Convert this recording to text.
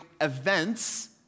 events